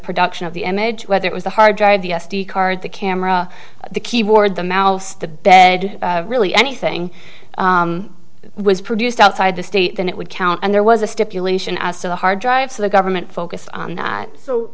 production of the image whether it was the hard drive the s d card the camera the keyboard the mouse the bed really anything that was produced outside the state then it would count and there was a stipulation as to the hard drive so the government focus on not so